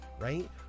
right